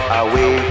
away